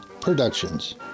Productions